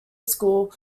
school